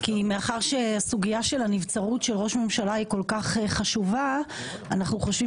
מאחר שהסוגיה של נבצרות של ראש ממשלה היא כל כך חשובה אנחנו חושבים